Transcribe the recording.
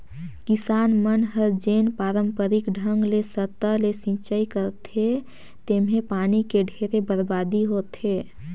किसान मन हर जेन पांरपरिक ढंग ले सतह ले सिचई करथे तेम्हे पानी के ढेरे बरबादी होथे